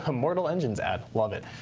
ah mortal engines ad. love it.